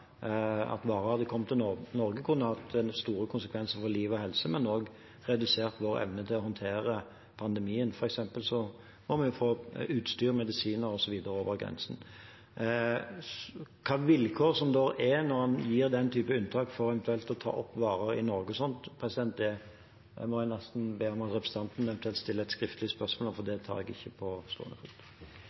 området som hadde hindret at varer hadde kommet til Norge, kunne hatt store konsekvenser for liv og helse, men også redusert vår evne til å håndtere pandemien. For eksempel må vi få utstyr, medisiner osv. over grensen. Hvilke vilkår som er når man gir den typen unntak for eventuelt å ta opp varer i Norge, må jeg nesten be om at representanten eventuelt stiller et skriftlig spørsmål om, for det tar jeg ikke på stående fot.